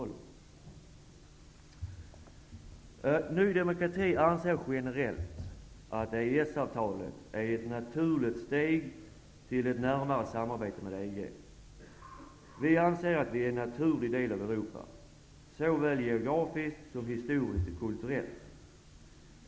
Vi i Ny demokrati anser generellt att EES-avtalet är ett naturligt steg till ett närmare samarbete med EG. Vi anser att Sverige är en naturlig del av Europa, såväl geografiskt som historiskt och kulturellt.